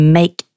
make